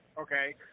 okay